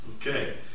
Okay